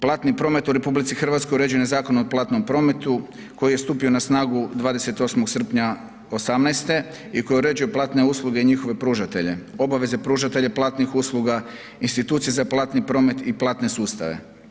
Platni promet u RH uređen je Zakonom o platnom prometu koji je stupio na snagu 28. srpnja '18. i koji uređuje platne usluge i njihove pružatelje, obaveze pružatelja platnih usluga, institucije za platni promet i platne sustave.